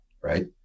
Right